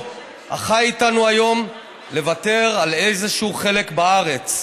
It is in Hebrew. החי איתנו היום לוותר על איזשהו חלק בארץ.